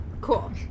Cool